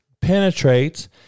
penetrates